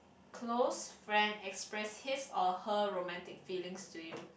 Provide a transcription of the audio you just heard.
close friend expressed his or her romantic feelings to you